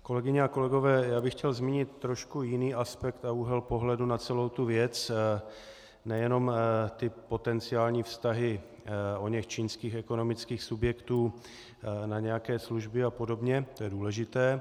Kolegyně a kolegové, já bych chtěl zmínit trošku jiný aspekt a úhel pohledu na celou tu věc, nejenom ty potenciální vztahy oněch čínských ekonomických subjektů na nějaké služby a podobně, to je důležité.